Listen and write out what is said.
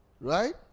Right